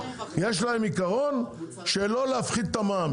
יש להם עיקרון שלא להפחית את המע"מ,